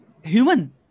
human